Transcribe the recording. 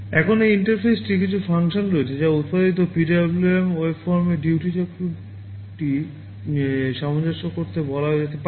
এখন এই ইন্টারফেসটির কিছু ফাংশন রয়েছে যা উত্পাদিত PWM ওয়েভফর্মের ডিউটি চক্রটি সামঞ্জস্য করতে বলা যেতে পারে